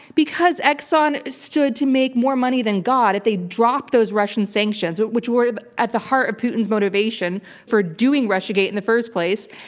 because exxon stood to make more money than god if they dropped those russian sanctions, but which were at the heart of putin's motivation for doing russiagate in the first place.